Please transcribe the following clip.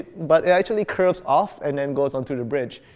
but it actually curves off and then goes onto the bridge.